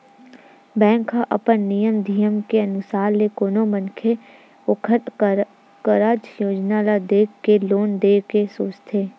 bank ह अपन नियम धियम के अनुसार ले कोनो मनखे के ओखर कारज योजना ल देख के लोन देय के सोचथे